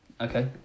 Okay